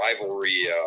rivalry